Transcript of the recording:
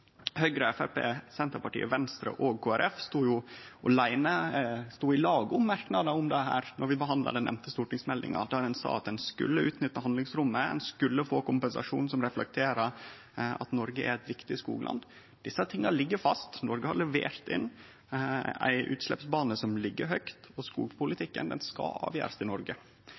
Høgre, Framstegspartiet, Senterpartiet, Venstre og Kristeleg Folkeparti stod i lag om merknadene om dette då vi behandla den nemnde stortingsmeldinga, der ein sa at ein skulle utnytte handlingsrommet, og ein skulle få kompensasjon som reflekterer at Noreg er eit viktig skogland. Desse tinga ligg fast. Noreg har levert inn ein utsleppsbane som ligg høgt, og skogpolitikken skal avgjerast i Noreg.